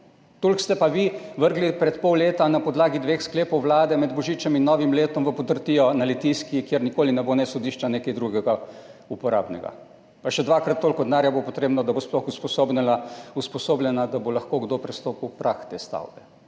Toliko ste pa vi vrgli pred pol leta na podlagi dveh sklepov Vlade med božičem in novim letom v podrtijo na Litijski, kjer nikoli ne bo sodišča ne nečesa drugega, uporabnega. Še dvakrat toliko denarja bo potrebnega, da bo sploh usposobljena, da bo lahko kdo prestopil prag te stavbe.